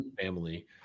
family